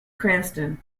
cranston